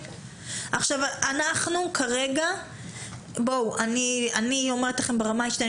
כרגע אני אומרת לכם ברמה האישית,